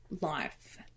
life